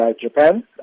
Japan